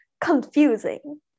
confusing